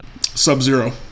Sub-Zero